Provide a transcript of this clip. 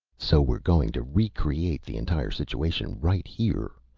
so we're going to recreate the entire situation right here,